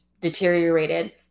deteriorated